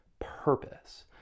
purpose